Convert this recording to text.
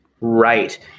Right